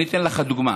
אני אתן לך דוגמה: